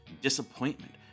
disappointment